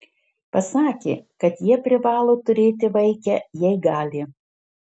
pasakė kad jie privalo turėti vaikę jei gali